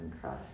Cross